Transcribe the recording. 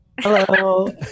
Hello